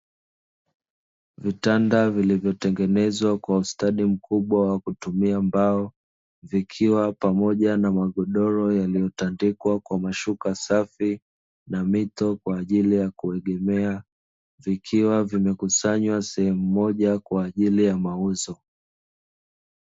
Vitanda vilivyotengenezwa kwa ustadi mkubwa wa kutumia mbao vikiwa pamoja na magodoro yaliotandikwa kwa mashuka safi na mito kwa ajili ya kuegemea, vikiwa vimekusanywa sehemu moja kwa ajili ya mauzo.